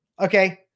okay